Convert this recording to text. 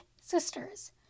sisters